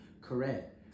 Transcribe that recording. Correct